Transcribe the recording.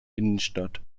innenstadt